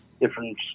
different